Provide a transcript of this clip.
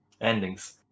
endings